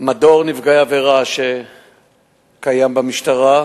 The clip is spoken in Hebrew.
מדור נפגעי עבירה, שקיים במשטרה,